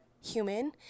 human